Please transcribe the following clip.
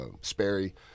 Sperry